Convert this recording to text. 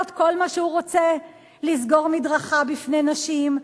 כל מה שהוא רוצה: לסגור מדרכה בפני נשים,